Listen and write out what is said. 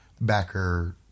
backer